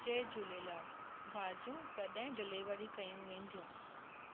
जय झूलेलाल भाजि॒यूं कॾहिं डिलीवरी कयूं वेंदियूं